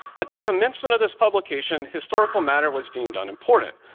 at the commencement of this publication, historical matter was deemed unimportant.